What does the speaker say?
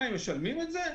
משלמים את זה?